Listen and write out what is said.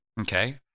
okay